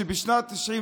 שבשנת 1995